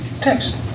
Text